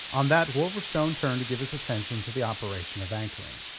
on that wolverstone turned to give his attention to the operation of anchoring.